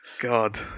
God